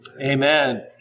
Amen